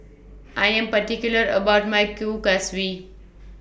I Am particular about My Kuih Kaswi